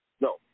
No